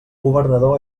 governador